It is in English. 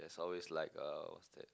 there's always like uh what's that